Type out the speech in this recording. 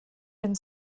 and